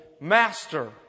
master